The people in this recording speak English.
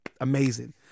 amazing